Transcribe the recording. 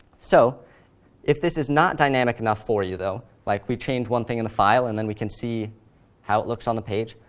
so if this is not dynamic enough for you, though, like we change one thing in the file and then we can see how it looks on the page,